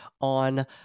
on